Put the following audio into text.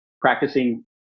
practicing